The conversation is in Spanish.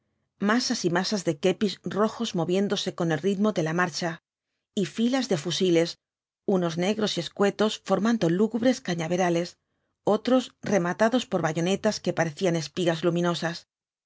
masas y masas de kepis rojos moviéndose con el ritmo de la marcha y filas de fusiles unos negros y escuetos formando lúgubres cañaverales otros rematados por bayonetas que parecían espigas luminosas